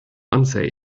unsay